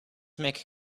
make